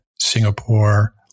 Singapore